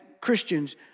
Christians